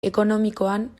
ekonomikoan